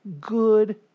good